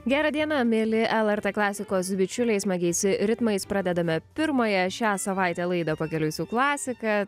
gera diena mieli lrt klasikos bičiuliai smagiais ritmais pradedame pirmąją šią savaitę laidą pakeliui su klasika